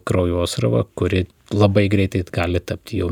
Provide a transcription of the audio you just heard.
kraujosruva kuri labai greitai gali tapti jau